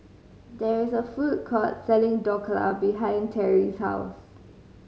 there is a food court selling Dhokla behind Terrie's house